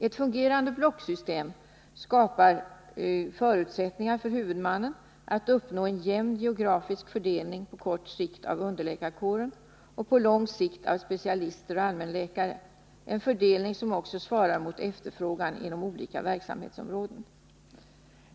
Ett fungerande blocksystem skapar förutsättningar för huvudmannen att uppnå en jämn geografisk fördelning på kort sikt av underläkarkåren och på lång sikt av specialister och allmänläkare — en fördelning som också svarar mot efterfrågan inom olika verksamhetsområden.